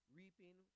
reaping